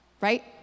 right